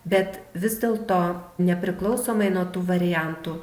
bet vis dėlto nepriklausomai nuo tų variantų